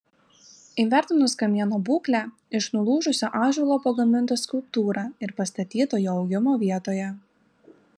įvertinus kamieno būklę iš nulūžusio ąžuolo pagaminta skulptūra ir pastatyta jo augimo vietoje